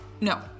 No